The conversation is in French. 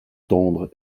tendre